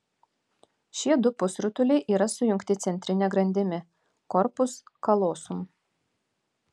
šie du pusrutuliai yra sujungti centrine grandimi korpus kalosum